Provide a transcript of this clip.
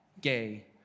gay